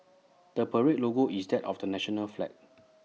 the parade's logo is that of the national flag